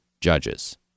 judges